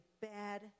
bad